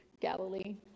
Galilee